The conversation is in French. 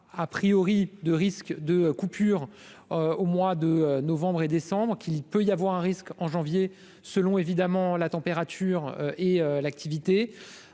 a priori de risques de coupures au mois de novembre et décembre qu'il peut y avoir un risque en janvier selon évidemment la température et l'activité